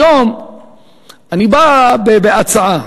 היום אני בא בהצעה